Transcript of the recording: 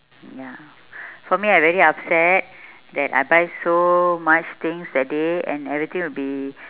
ya for me I very upset that I buy so much things that day and everything will be